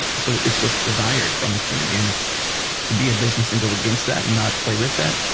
it's but it's what's desired from the community. and to be a business and go against that and not play with that,